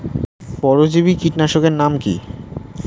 পরজীবী কীটনাশকের নাম কি?